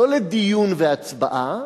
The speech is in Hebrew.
לא לדיון והצבעה,